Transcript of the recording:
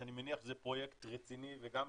שאני מניח שזה פרויקט רציני וגם